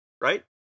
right